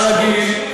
כרגיל,